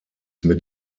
mit